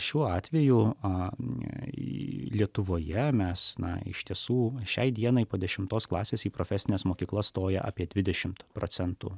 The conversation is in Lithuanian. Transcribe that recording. šiuo atveju a ne į lietuvoje mes na iš tiesų šiai dienai po dešimtos klasės į profesines mokyklas stoja apie dvidešimt procentų